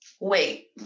Wait